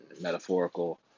metaphorical